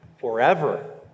forever